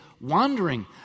wandering